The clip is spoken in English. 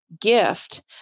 gift